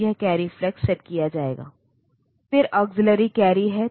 तो यह clock generator है